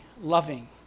loving